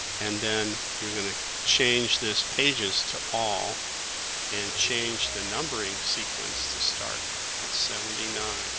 and then you're going to change this pages to all and change the numbering sequence to start at seventy nine